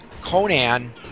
Conan